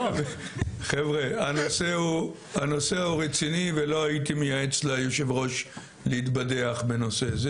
חבר'ה הנושא הוא רציני ולא הייתי מייעץ ליושב ראש להתבדח בנושא זה,